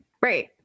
Right